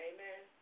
Amen